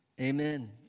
Amen